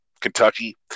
Kentucky